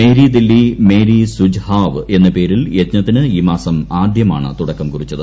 Mary Dilli Meri Sujhav എന്ന പേരിൽ യജ്ഞത്തിന് ഈ മാസം ആദ്യമാണ് തുടക്കം കുറിച്ചത്